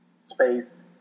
space